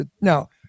Now